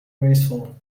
graceful